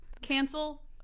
cancel